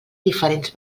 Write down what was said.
diferents